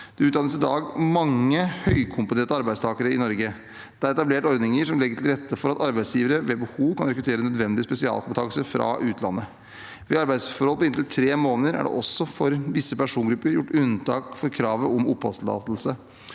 Det utdannes i dag mange høykompetente arbeidstakere i Norge. Det er etablert ordninger som legger til rette for at arbeidsgivere ved behov kan rekruttere nødvendig spesialkompetanse fra utlandet. Ved arbeidsforhold på inntil tre måneder er det også for visse persongrupper gjort unntak for kravet om oppholdstillatelse.